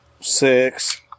Six